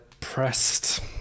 pressed